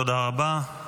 תודה רבה.